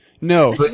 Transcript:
No